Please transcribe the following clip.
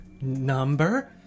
Number